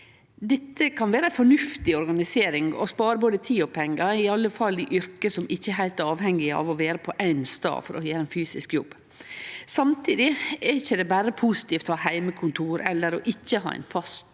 Dette kan vere ei fornuftig organisering og spare både tid og pengar, i alle fall i yrke der ein ikkje er heilt avhengig av å vere på éin stad for å gjere ein fysisk jobb. Samtidig er det ikkje berre positivt å ha heimekontor eller å ikkje ha ein fast